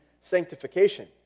sanctification